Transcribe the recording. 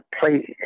play